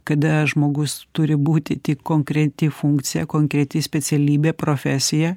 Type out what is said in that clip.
kada žmogus turi būti tik konkreti funkcija konkreti specialybė profesija